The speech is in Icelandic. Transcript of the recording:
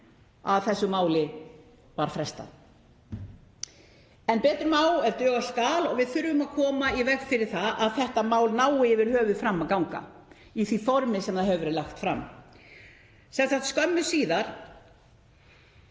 að þessu máli var frestað. En betur má ef duga skal og við þurfum að koma í veg fyrir að þetta mál nái yfir höfuð fram að ganga í því formi sem það hefur verið lagt fram. Skömmu síðar,